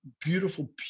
beautiful